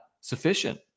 sufficient